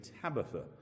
Tabitha